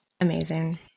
Amazing